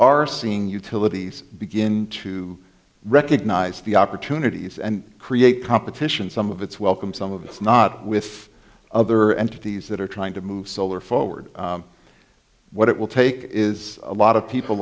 are seeing utilities begin to recognize the opportunities and create competition some of it's welcome some of it's not with other entities that are trying to move solar forward what it will take is a lot of people